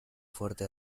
fuerte